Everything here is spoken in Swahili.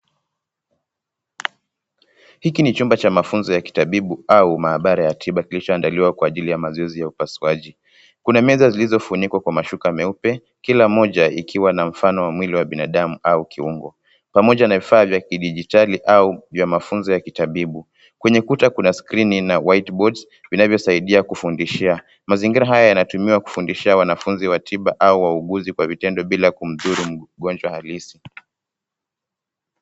Hiki ni chumba cha mafunzo ya kitabibu au maabara ya tiba kilichoandaliwa kwa ajili ya mazoezi ya upasuaji. Kuna meza zilizofunikwa kwa mashuka meupe kila moja ikiwa na mfano wa mwili wa binadamu au kiungo pamoja na vifaa vya kidijitali au vya mafunzo ya kitabibu. Kwenye kuta kuna skrini na white board vinavyosaidia kufundishia. Mazingira haya yanatumiwa kufundisha wanafunzi wa tiba au wauguzi wa vitendo bila kumduru mgonjwa halisi.